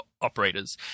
operators